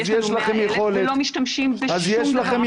אז אם יש לנו 100,000 ולא משתמשים בשום דבר אחר,